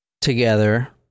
together